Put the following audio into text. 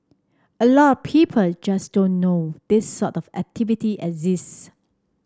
a lot people just don't know this sort of activity exists